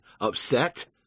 upset